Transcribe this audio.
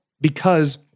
because-